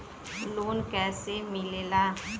Loan कईसे मिलेला?